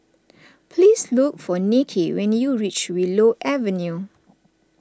please look for Nicky when you reach Willow Avenue